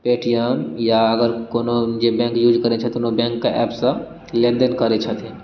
Paytm या अगर कोनो जे बैंक यूज करे छथिन ओ बैंक के ऐप सँ लेनदेन करै छथिन